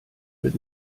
wird